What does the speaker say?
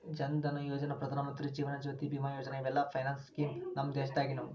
ಜನ್ ಧನಯೋಜನಾ, ಪ್ರಧಾನಮಂತ್ರಿ ಜೇವನ ಜ್ಯೋತಿ ಬಿಮಾ ಯೋಜನಾ ಇವೆಲ್ಲ finance scheme ನಮ್ ದೇಶದಾಗಿನವು